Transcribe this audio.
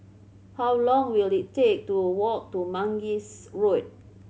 how long will it take to walk to Mangis Road